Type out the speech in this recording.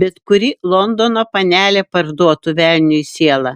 bet kuri londono panelė parduotų velniui sielą